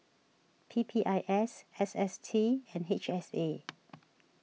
P P I S S S T and H S A